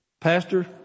Pastor